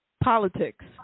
Politics